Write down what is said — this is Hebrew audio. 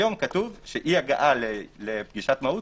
היום כתוב שאי-הגעה לפגישת מהו"ת,